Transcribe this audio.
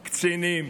קצינים,